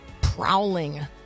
prowling